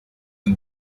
and